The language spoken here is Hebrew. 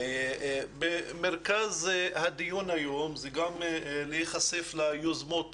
במרכז הדיון היום זה גם להיחשף ליוזמות